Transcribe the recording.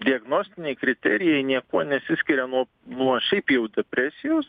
diagnostiniai kriterijai niekuo nesiskiria nuo nuo šiaip jau depresijos